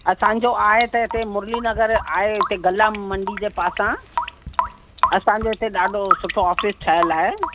असांजो आहे त हिते मुरली नगर में हिते गला मंडी जे पासां असांजे हिते ॾाढो सुठो ऑफिस ठहियल आहे